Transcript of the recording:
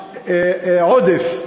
העודף?